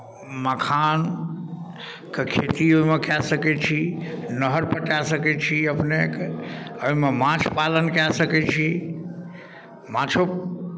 मखान के खेती ओहिमे कए सकैत छी नहर पटाए सकै छी अपनेक एहिमे माछ पालन कए सकै छी माछो